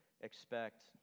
expect